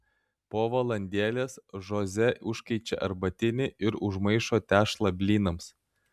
po valandėlės žoze užkaičia arbatinį ir užmaišo tešlą blynams